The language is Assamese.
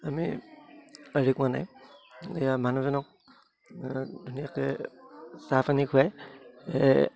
আমি কোৱা নাই এয়া মানুহজনক ধুনীয়াকে চাহ পানী খুৱায়